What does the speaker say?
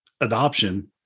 adoption